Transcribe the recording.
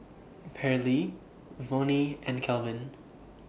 Pairlee Vonnie and Kelvin